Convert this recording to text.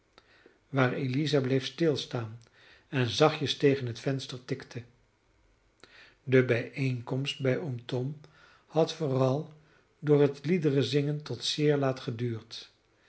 waar eliza bleef stilstaan en zachtjes tegen het venster tikte de bijeenkomst bij oom tom had vooral door het liederen zingen tot zeer laat geduurd